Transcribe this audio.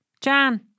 Jan